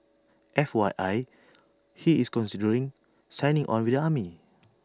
F Y I he's considering signing on with the army